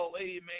Amen